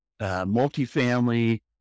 multifamily